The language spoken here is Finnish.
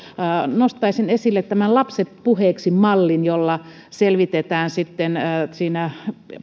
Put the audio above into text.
nostaisin esille lapset puheeksi mallin jolla selvitetään siinä